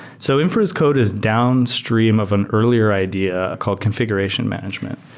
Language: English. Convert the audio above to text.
so inference code is downstream of an earlier idea called confi guration management.